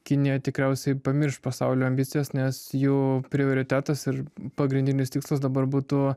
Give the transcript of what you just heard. kinija tikriausiai pamirš pasaulio ambicijas nes jų prioritetas ir pagrindinis tikslas dabar būtų